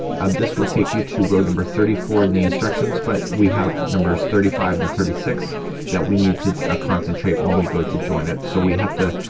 um this will take you to row number thirty four in the instructions but we have numbers thirty five and thirty six that we need to concentrate when we go to join it. so we have to